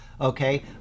Okay